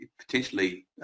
potentially